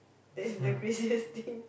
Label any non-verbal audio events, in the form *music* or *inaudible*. that is the craziest thing *laughs*